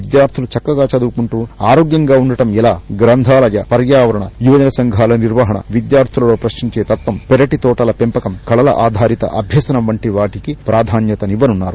విద్యార్థులు చక్కగా చదువుకుంటూ ఆరోగ్యంగా ఉండటం ఎలా గ్రంథాలయ పర్యావరణ యువజన సంఘాల నిర్వహణ విద్యార్థులలో ప్రశ్నించే తత్వం పెరటి తోటల పెంపకం కళల ఆధారిత అభ్యసనం వంటివాటికి ప్రాధాన్యతనివ్వనున్నారు